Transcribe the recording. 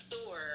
store